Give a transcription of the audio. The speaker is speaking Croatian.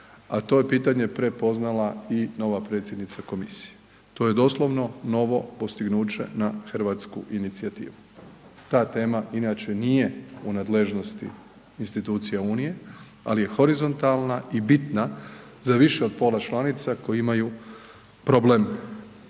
a to je pitanje prepoznala i nova predsjednica komisije. To je doslovno novo postignuće na hrvatsku inicijativu. Ta tema inače nije u nadležnosti institucija unije, ali je horizontalna i bitna za više od pola članica koje imaju problem